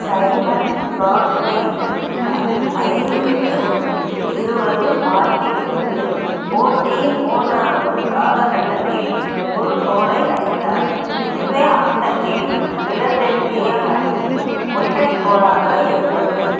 Simon Gagne ஐந்துக்கு இருபது மார்க்கிலிருந்து போட்டியின் மூன்றாவது காலகட்டத்தில் ஒரு கோலை அடித்தார் இதுவே ஆட்டத்தில் பிலடெல்பியா அணியின் ஒற்றை கோலாக இருந்தது